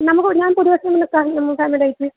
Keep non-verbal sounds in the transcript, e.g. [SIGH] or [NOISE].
നമുക്ക് [UNINTELLIGIBLE]